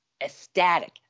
ecstatic